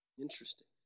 Interesting